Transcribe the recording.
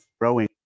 Rowing